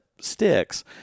sticks